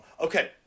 Okay